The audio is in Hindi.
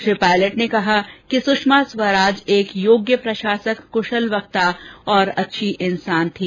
श्री पायलट ने कहा कि सुषमा स्वराज एक योग्य प्रशासक कुशल वक्ता और एक अच्छी इंसान थी